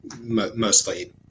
mostly